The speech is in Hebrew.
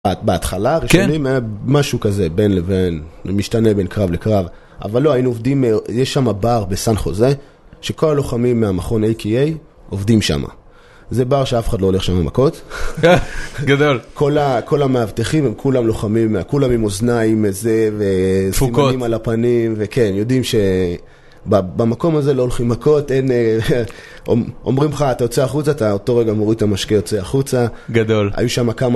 בהתחלה הראשונים היה משהו כזה בין לבין, משתנה בין קרב לקרב אבל לא, היינו עובדים, יש שם בר בסן חוזה שכל הלוחמים מהמכון A.K.A. עובדים שם זה בר שאף אחד לא הולך שם מכות גדול כל המאבטחים הם כולם לוחמים, כולם עם אוזניים וזה ו... דפוקות מניעים על הפנים וכן, יודעים ש... במקום הזה לא הולכים מכות, אין... אומרים לך, אתה יוצא החוצה, אתה אותו רגע מוריד את המשקה יוצא החוצה גדול היו שם כמה...